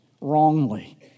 wrongly